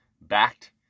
backed